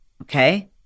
Okay